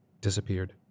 disappeared